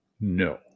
No